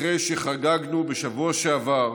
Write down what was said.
אחרי שחגגנו בשבוע שעבר